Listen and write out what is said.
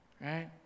right